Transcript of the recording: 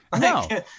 no